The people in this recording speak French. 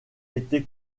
été